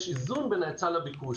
יש איזון בין ההיצע לביקוש.